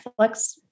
Netflix